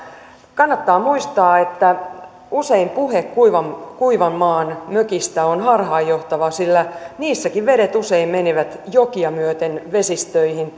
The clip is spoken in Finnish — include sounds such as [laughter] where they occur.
kannattaa muistaa että usein puhe kuivanmaan kuivanmaan mökistä on harhaanjohtava sillä niissäkin vedet usein menevät jokia myöten vesistöihin [unintelligible]